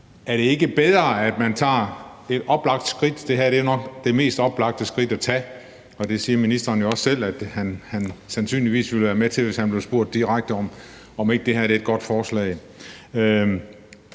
Er det ikke bedre, at man tager et oplagt skridt? Det her er nok det mest oplagte skridt at tage, og ministeren siger jo også selv, at han sandsynligvis ville være med til det, hvis han blev spurgt direkte, om ikke det her er et godt forslag,